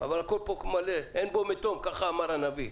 אבל הכול מלא, אין בו מתום, כך אמר הנביא.